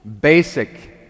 basic